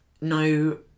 No